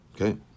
okay